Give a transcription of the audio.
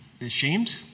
ashamed